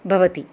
भवति